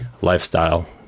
lifestyle